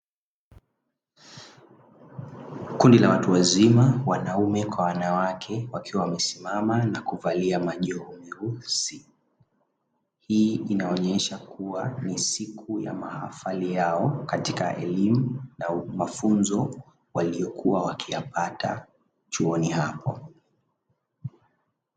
Kundi la watu wazima wanaume kwa wanawake wakiwa wamesimama na kuvalia majoho meusi, hii inaonyesha kuwa ni siku ya mahafali yao katika elimu na mafunzo waliokuwa wakiyapata chuoni hapo.